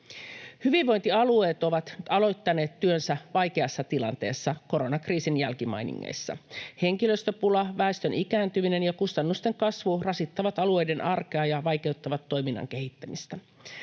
Hyvinvointialueet ovat aloittaneet työnsä vaikeassa tilanteessa koronakriisin jälkimainingeissa. Henkilöstöpula, väestön ikääntyminen ja kustannusten kasvu rasittavat alueiden arkea ja vaikeuttavat toiminnan kehittämistä.